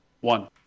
One